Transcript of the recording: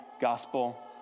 gospel